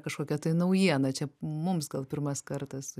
kažkokia tai naujiena čia mums gal pirmas kartas